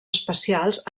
especials